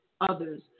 others